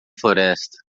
floresta